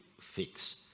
fix